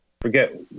Forget